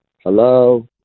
Hello